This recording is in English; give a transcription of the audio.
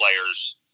players